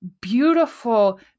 beautiful